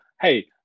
Hey